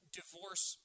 divorce